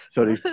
Sorry